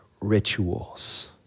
rituals